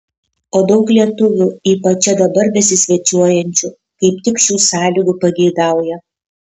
o daug lietuvių ypač čia dabar besisvečiuojančių kaip tik šių sąlygų pageidauja